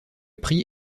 prix